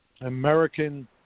American